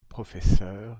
professeur